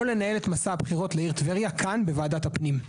לנהל את מסע הבחירות לעיר טבריה כאן בוועדת הפנים.